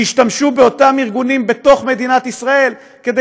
וישתמשו באותם ארגונים בתוך מדינת ישראל כדי